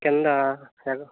కింద సెగ